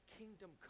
kingdom